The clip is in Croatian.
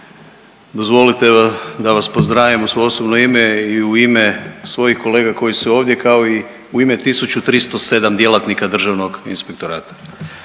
dozvolite da vas pozdravim u svoje osobno ime i u ime svojih kolega koji su ovdje, kao i u ime 1307 djelatnika Državnog inspektorata.